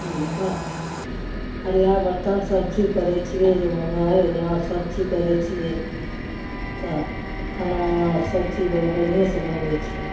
बऽ थरिया बर्तन सब चीज करय छियै जे घर अँगना सब चीज करय छियै तऽ खाना उना सब चीज बढ़ियेसँ बनबय छियै